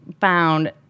found